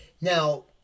Now